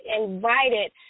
invited